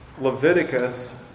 Leviticus